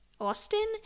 austin